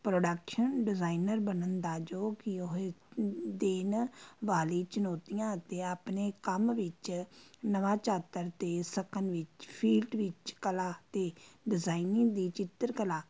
production designer ਬਣਨ ਦਾ ਜੋ ਕਿ ਉਹ ਦੇਨ ਵਾਲੀ ਚੁਣੌਤੀਆਂ ਅਤੇ ਆਪਣੇ ਕੰਮ ਵਿੱਚ ਨਵਾਂ ਚਾਤਰ ਦੇ ਸਕਣ ਵਿੱਚ ਫੀਲਡ ਵਿੱਚ ਕਲਾ ਅਤੇ ਡਿਜ਼ਾਈਨਿੰਗ ਦੀ ਚਿੱਤਰ ਕਲਾ